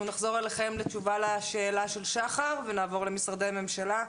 אנחנו נחזור אליכם לתשובה לשאלה של שחר ונעבור למשרדי הממשלה,